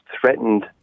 threatened